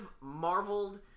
marveled